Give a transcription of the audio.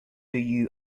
you